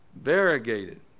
Variegated